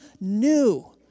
new